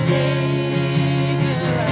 Savior